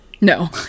No